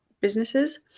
businesses